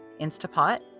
Instapot